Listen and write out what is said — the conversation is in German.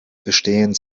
bestehen